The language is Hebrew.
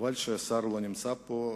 חבל שהשר לא נמצא פה.